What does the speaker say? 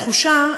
התחושה,